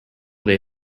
they